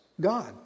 God